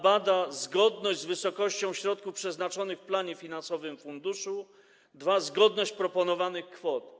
Bada zgodność z wysokością środków przeznaczonych w planie finansowym funduszu, a po drugie, bada zgodność proponowanych kwot.